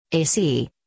AC